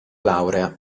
laurea